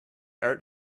art